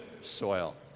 soil